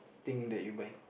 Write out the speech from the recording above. thing that you buy